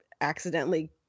accidentally